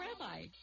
rabbi